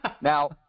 now